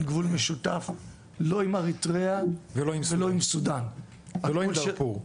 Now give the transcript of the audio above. גבול משותף לא עם אריתריאה ולא עם סודן ולא עם דרפור,